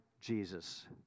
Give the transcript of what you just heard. Jesus